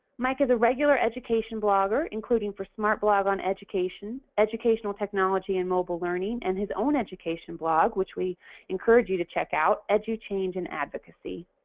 mike is a regular education blogger, including for smart blogger on education, educational technology and mobile learning and his own education blog which we encourage you to check out edu change and advocacy.